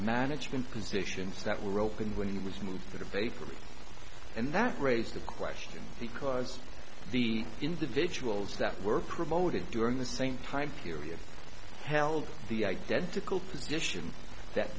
management positions that were opened when he was moved to the bay from me and that raised the question because the individuals that were promoted during the same time period held the identical position that